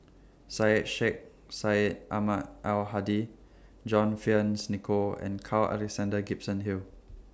Syed Sheikh Syed Ahmad Al Hadi John Fearns Nicoll and Carl Alexander Gibson Hill